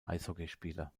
eishockeyspieler